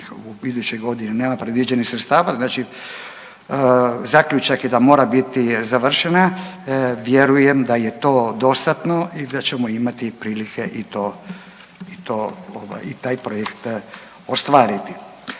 iduće godine nema predviđenih sredstava, znači zaključak je da mora biti završena, vjerujem da je to dostatno i da ćemo imati prilike i to, i to ovaj i